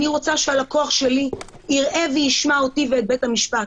אני רוצה שהלקוח שלי יראה וישמע אותי ואת בית המשפט,